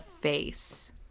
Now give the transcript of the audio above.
face